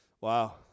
Wow